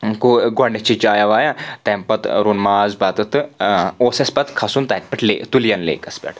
کوٚر گۄڈنٮ۪تھ چے چایا وایا تَمہِ پَتہٕ روٚن ماز بَتہٕ تہٕ اوس اسہِ پَتہٕ کَھسُن تتھ پیٹھ لیک تُلین لیکس پٮ۪ٹھ